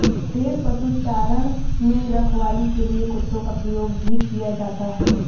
भेड़ पशुचारण में रखवाली के लिए कुत्तों का प्रयोग भी किया जाता है